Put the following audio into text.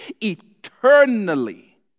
eternally